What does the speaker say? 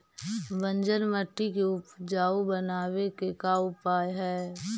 बंजर मट्टी के उपजाऊ बनाबे के का उपाय है?